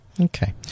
okay